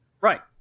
Right